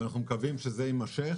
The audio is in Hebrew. ואנחנו מקווים שזה יימשך.